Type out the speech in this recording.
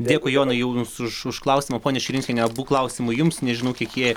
dėkui jonai jau jums už už klausimą ponia širinskiene klausimai jums nežinau kiek jie